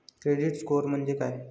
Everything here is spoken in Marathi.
क्रेडिट स्कोअर म्हणजे काय?